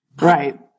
Right